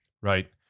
right